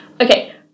Okay